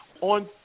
On